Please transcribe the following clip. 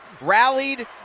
rallied